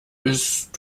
bist